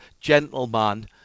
gentleman